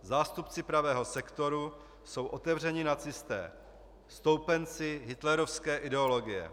Zástupci pravého sektoru jsou otevření nacisté, stoupenci hitlerovské ideologie.